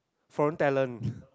foreign talent